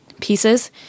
pieces